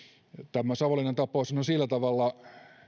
tämä savonlinnan tapaushan on sillä tavalla